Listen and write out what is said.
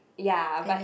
ya but